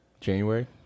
January